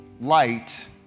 light